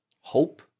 hope